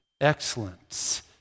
excellence